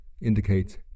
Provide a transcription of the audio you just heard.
indicates